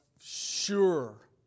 sure